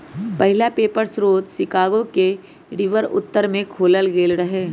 पहिला पेपर स्रोत शिकागो के रिवर उत्तर में खोलल गेल रहै